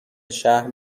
شهر